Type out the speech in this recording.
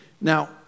Now